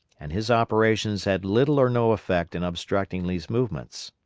and his operations had little or no effect in obstructing lee's movements.